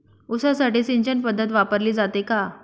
ऊसासाठी सिंचन पद्धत वापरली जाते का?